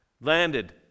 landed